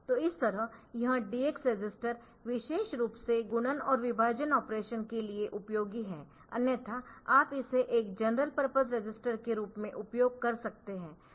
तो इस तरह यह DX रजिस्टर विशेष रूप से गुणन और विभाजन ऑपरेशन के लिए उपयोगी है अन्यथा आप इसे एक जनरल पर्पस रजिस्टर के रूप में उपयोग कर सकते है